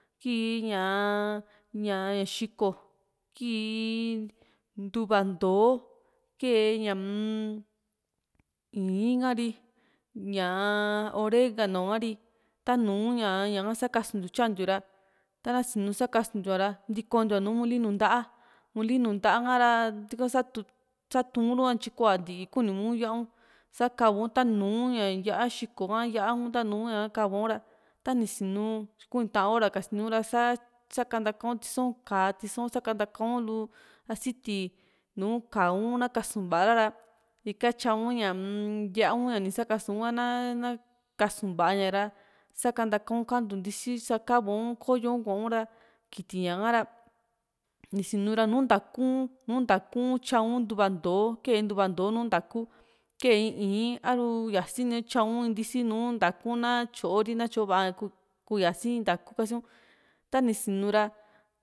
kii ñaa ñá xiiko kii ntuva ntoo kee ñaa-m ii´n ha´ri ñaa oregano ha´ri tanu ñaa ña´ka sakasuntiu tyantiu ra tasinu sakasuntiu ra ntikontiu nùù mulinu nta´a mulinu nta´a kara tuka sa´tuun ru ntyikua ntii kuni miu yá´a u sa kava´u taanu ña yá´a xiko ha yá´a tanu ñaka kava´u ra tani sinu kuu ta´an hora kasiniu ra sa sakantakau tiso´u ka+ a tiso´un sakantaka´un lu asiti nùù ka´au na kasu´nvara ra ika tyau ña-m yá´a u ñani saksuu ha na na kasu va´a ña ra sakantaka kantu ntisi sa kava´u ko´yo un kua´un ra kiti ñaka ra nisinu ra nùù ntaa´ku nu ngtaa´ku ntyau ntuva ntoo kee ntuva ntoo nùù ntaa´ku kee ii´n a´ru yasi tyau ntisi nùù ntaa´ku na tyoori tyo va´a kuu yasi ntaa´ku kasiu ta ni sinu ra